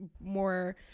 more